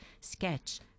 sketch